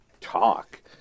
talk